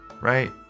Right